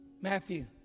Matthew